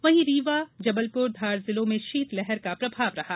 वहीं रीवा जबलपुर धार जिलों में शीत लहर का प्रभाव रहा